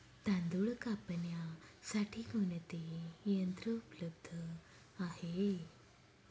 तांदूळ कापण्यासाठी कोणते यंत्र उपलब्ध आहे?